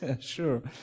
sure